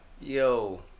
Yo